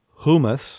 humus